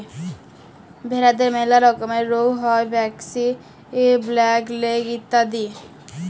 ভেরাদের ম্যালা রকমের রুগ হ্যয় ব্র্যাক্সি, ব্ল্যাক লেগ ইত্যাদি